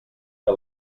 que